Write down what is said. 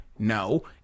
No